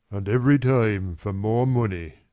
and every time for more money.